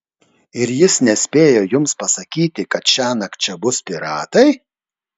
ir jis nespėjo jums pasakyti kad šiąnakt čia bus piratai